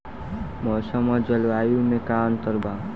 मौसम और जलवायु में का अंतर बा?